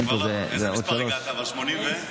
לאיזה מספר הגעת, 80 ו-?